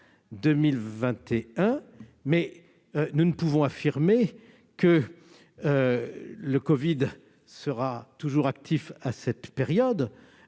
2021. Nous ne pouvons affirmer que le covid sera toujours actif à cette période.